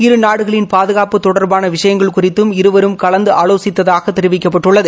இரு நாடுகளின் பாதகாப்பு தொடர்பான விஷயங்கள் குறித்தும் இருவரும் கலந்து ஆவோசித்ததாக தெரிவிக்கப்பட்டுள்ளது